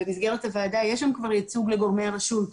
יש שם כבר ייצוג לגורמי הרשות,